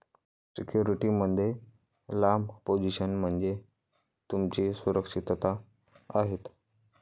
security मध्ये लांब position म्हणजे तुमची सुरक्षितता आहे